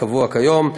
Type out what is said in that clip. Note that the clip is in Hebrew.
כקבוע כיום.